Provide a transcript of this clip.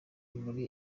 muri